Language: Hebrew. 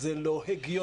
זה לא הגיוני.